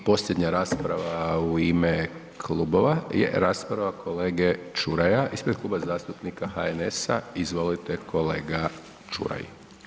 I posljednja rasprava u ime klubova je rasprava kolege Čuraja ispred Kluba zastupnika HNS-a, izvolite kolega Čuraj.